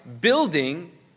building